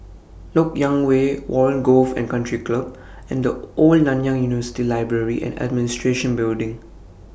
Lok Yang Way Warren Golf and Country Club and The Old Nanyang University Library and Administration Building